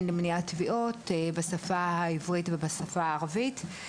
למניעת טביעות בשפה העברית ובשפה הערבית.